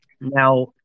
Now